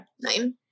Nine